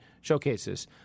showcases